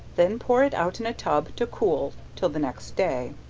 then pour it out in a tub to cool till the next day,